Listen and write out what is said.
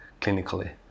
clinically